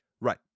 Right